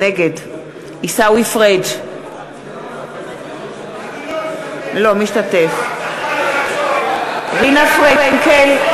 נגד עיסאווי פריג' אינו משתתף בהצבעה רינה פרנקל,